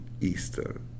Easter